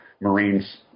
Marines